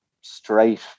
straight